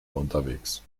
unterwegs